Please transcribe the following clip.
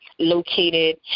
Located